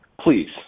please